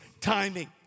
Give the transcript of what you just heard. timing